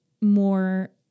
more